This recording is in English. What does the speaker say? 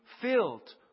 filled